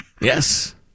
Yes